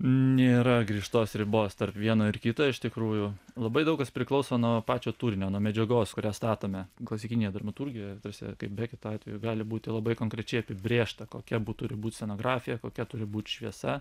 nėra griežtos ribos tarp vieno ir kito iš tikrųjų labai daug kas priklauso nuo pačio turinio nuo medžiagos kurią statome klasikinėje dramaturgijoje tose kaip beketo atveju gali būti labai konkrečiai apibrėžta kokia turi būt scenografija kokia turi būt šviesa